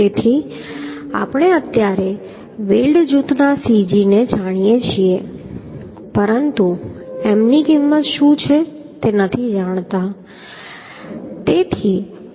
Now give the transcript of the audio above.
તેથી આપણે અત્યારે આપણે વેલ્ડ જૂથના cg ને જાણીએ છે પરંતુ M ની કિંમત શું છે તે જાણતા નથી